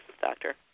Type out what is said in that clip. Doctor